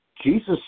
Jesus